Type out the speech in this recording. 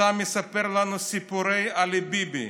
אתה מספר לנו סיפורי "עלי ביבי".